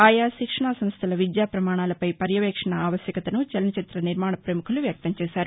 ఆయా శిక్షణా సంస్దల విద్యా ప్రమాణాలపై పర్యవేక్షణ ఆవశ్యకతను చలనచిత్ర నిర్మాణ ప్రముఖులు వ్యక్తం చేశారు